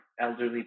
elderly